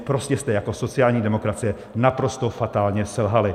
Prostě jste jako sociální demokracie naprosto fatálně selhali.